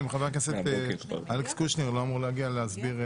האם חבר הכנסת אלכס קושניר לא אמור להגיע להסביר...